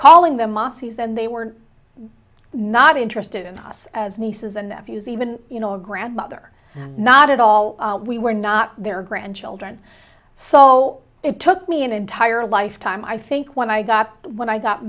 calling them osses and they were not interested in us as nieces and nephews even you know a grandmother not at all we were not their grandchildren so it took me an entire lifetime i think when i got when i got